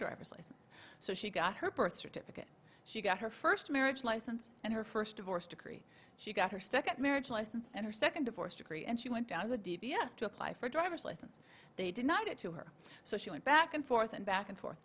driver's license so she got her birth certificate she got her first marriage license and her first divorce decree she got her second marriage license and her second divorce decree and she went down to d p s to apply for a driver's license they did not get to her so she went back and forth and back and forth